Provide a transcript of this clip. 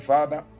Father